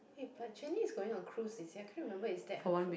eh but Jenny is going on cruise is it I can't remember is that her cruise